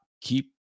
keep